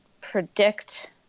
predict